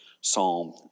Psalm